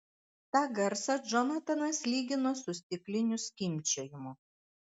tą garsą džonatanas lygino su stiklinių skimbčiojimu